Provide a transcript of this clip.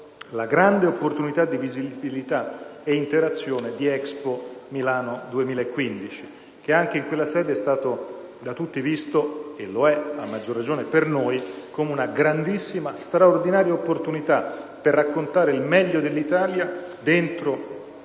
la grande opportunità di visibilità e interazione offerta da Expo Milano 2015 che anche in quella sede è stata vista - lo è a maggior ragione per noi - come una grandissima e straordinaria opportunità per raccontare il meglio dell'Italia dentro uno